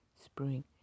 spring